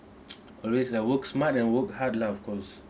always like work smart and work hard lah of course